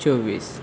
चोव्वीस